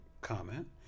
comment